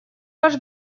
ваш